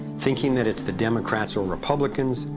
thinking that it's the democrats or republicans,